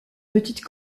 petite